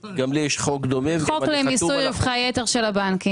חוק למיסוי רווחי יתר של הבנקים.